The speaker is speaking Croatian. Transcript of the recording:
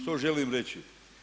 Što želim reći?